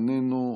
איננו,